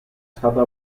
stata